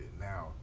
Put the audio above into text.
Now